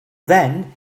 then